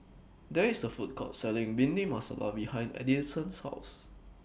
There IS A Food Court Selling Bhindi Masala behind Edison's House